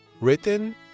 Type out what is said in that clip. Written